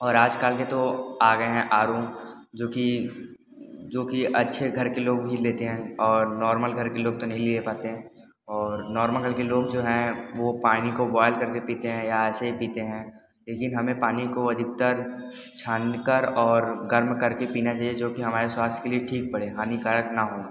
और आजकल के तो आ गए हैं आर ओ जो कि जो की अच्छे घर के लोग ही लेते हैं और नॉर्मल घर के लोग नहीं ले पाते और नॉर्मल घर के लोग जो हैं वो पानी को बॉयल कर के पीते हैं या ऐसे ही पीते हैं लेकिन हमें पानी को अधिकतर छानकर और गर्म कर के पीना चाहिए जो कि हमारे स्वास्थ्य के लिए ठीक पड़े हानिकारक न हो